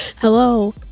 Hello